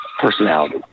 personality